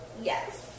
Yes